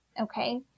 Okay